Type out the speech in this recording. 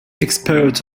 experts